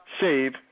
Save